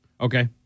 Okay